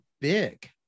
big